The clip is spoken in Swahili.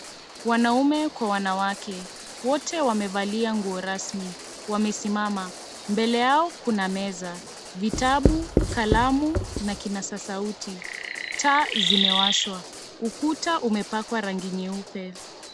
Wanaume kwa wanawake, wote wamevalia nguo rasmi wamesimama mbele yao kuna meza, vitabu, kalamu na kinasa sauti, taa zimewashwa, ukuta umepakwa rangi nyeupe.